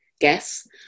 guess